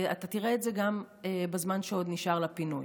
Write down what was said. ואתה תראה את זה גם בזמן שעוד נשאר לפינוי.